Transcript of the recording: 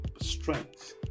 strength